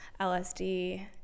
LSD